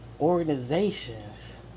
organizations